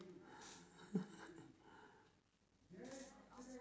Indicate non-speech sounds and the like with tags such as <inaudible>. <laughs>